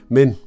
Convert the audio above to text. Men